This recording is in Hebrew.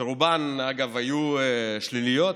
שרובן, אגב, היו שליליות,